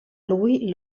lui